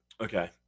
Okay